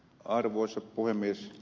arvoisa puhemies